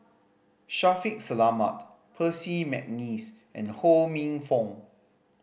Shaffiq Selamat Percy McNeice and Ho Minfong